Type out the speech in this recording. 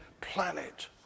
planet